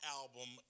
album